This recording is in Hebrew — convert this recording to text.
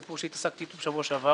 סיפור שהתעסקתי בו בשבוע שעבר